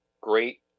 great